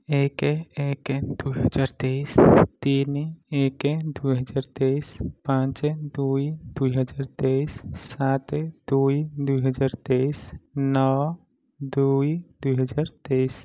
ଏକ ଏକ ଦୁଇହଜାର ତେଇଶ ତିନି ଏକ ଦୁଇହଜାର ତେଇଶ ପାଞ୍ଚ ଦୁଇ ଦୁଇହଜାର ତେଇଶ ସାତ ଦୁଇ ଦୁଇହଜାର ତେଇଶ ନଅ ଦୁଇ ଦୁଇହଜାର ତେଇଶ